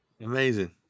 Amazing